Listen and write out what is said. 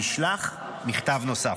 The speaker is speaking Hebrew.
נשלח מכתב נוסף.